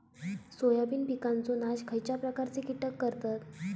Soybean पिकांचो नाश खयच्या प्रकारचे कीटक करतत?